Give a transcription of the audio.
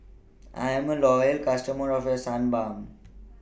I'm A Loyal customer of A Suu Balm